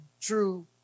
true